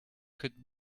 could